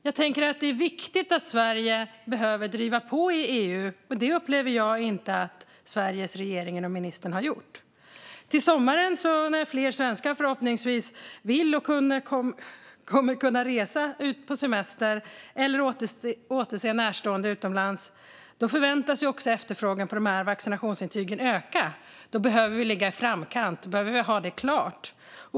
Det är viktigt att Sverige driver på i EU, men det upplever jag inte att Sveriges regering och ministern har gjort. Till sommaren, när fler svenskar vill och förhoppningsvis kommer att kunna resa ut på semester eller återse närstående utomlands, förväntas också efterfrågan på vaccinationsintygen öka. Då behöver vi ligga i framkant. Då behöver vi ha det klart.